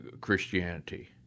Christianity